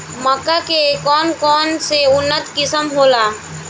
मक्का के कौन कौनसे उन्नत किस्म होला?